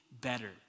better